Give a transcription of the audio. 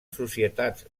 societats